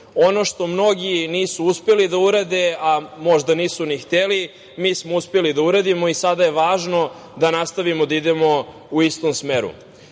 Ono što mnogi nisu uspeli da urade, a možda nisu ni hteli, mi smo uspeli da uradimo i sada je važno da nastavimo da idemo u istom smeru. Jutros